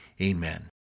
amen